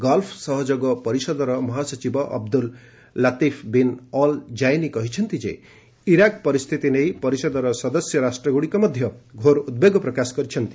golf ସହଯୋଗ ପରିଷଦର ମହାସଚିବ Abdullah Latif bin Al Zayani କହିଛନ୍ତି ଇରାକ ପରିସ୍ଥିତି ନେଇ ପରିଷଦର ସଦସ୍ୟ ରାଷ୍ଟ୍ରମାନେ ମଧ୍ୟ ଘୋର ଉଦ୍ବେଗ ପ୍ରକାଶ କରିଛନ୍ତି